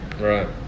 Right